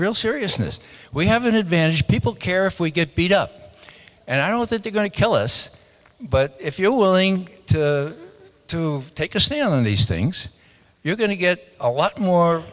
real seriousness we have an advantage people care if we get beat up and i don't think they're going to kill us but if you're willing to take a stand on these things you're going to get a lot more